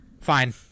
Fine